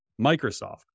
Microsoft